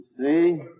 See